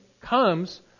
comes